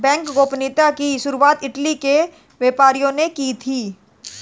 bank गोपनीयता की शुरुआत इटली के व्यापारियों ने की थी